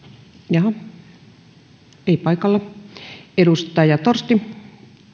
jaha ei paikalla edustaja torsti